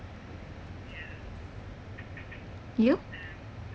you